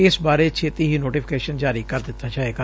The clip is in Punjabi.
ਇਸ ਬਾਰੇ ਛੇਤੀ ਹੀ ਨੋਟੀਫੀਕੇਸ਼ਨ ਜਾਰੀ ਕਰ ਦਿੱਤਾ ਜਾਏਗਾ